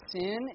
sin